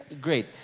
great